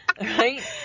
right